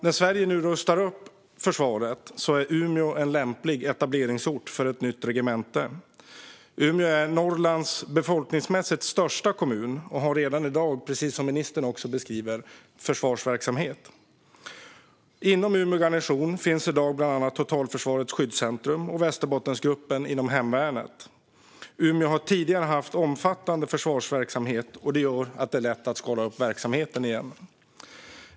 När Sverige nu rustar upp försvaret är Umeå en lämplig etableringsort för ett nytt regemente. Umeå är Norrlands befolkningsmässigt största kommun och har redan i dag, precis som ministern också beskriver, försvarsverksamhet. Inom Umeå garnison finns i dag bland annat Totalförsvarets skyddscentrum och Västerbottensgruppen inom hemvärnet. Umeå har tidigare haft omfattande försvarsverksamhet, och det gör att det är lätt att skala upp verksamheten igen.